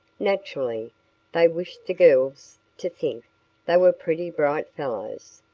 naturally they wished the girls to think they were pretty bright fellows.